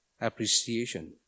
appreciation